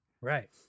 Right